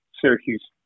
Syracuse